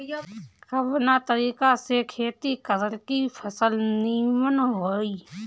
कवना तरीका से खेती करल की फसल नीमन होई?